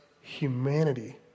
humanity